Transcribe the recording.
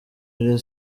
iri